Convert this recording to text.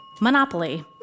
Monopoly